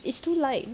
it's too light